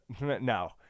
No